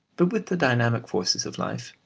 but with the dynamic forces of life,